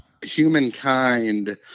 humankind